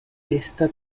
esta